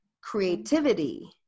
creativity